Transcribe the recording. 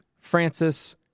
Francis